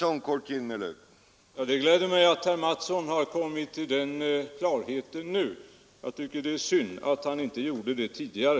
Herr talman! Det gläder mig att herr Mattsson i Lane-Herrestad nu har kommit till den klarheten. Jag tycker det är synd att han inte gjorde det tidigare.